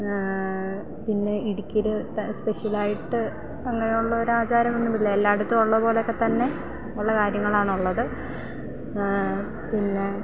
പിന്നെ ഇടുക്കിയിൽ സ്പെഷ്യൽ ആയിട്ട് അങ്ങനെയുള്ള ഒരു ആചാരമൊന്നുമില്ല എല്ലായിടത്തും ഉള്ള പോലെയൊക്കെ തന്നെ ഉള്ള കാര്യങ്ങളാണ് ഉള്ളത് പിന്നെ